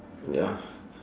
ya